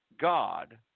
God